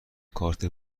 کارت